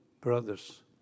brothers